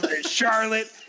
Charlotte